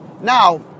Now